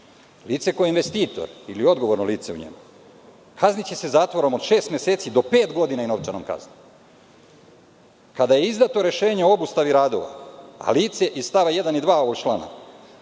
Lice koje je investitor ili odgovorno lice u njemu kazniće se zatvorom od šest meseci do pet godina i novčanom kaznom. Kada je izdato rešenje o obustavi radova, a lice iz stava 1. i 2. ovog člana,